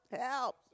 help